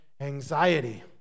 anxiety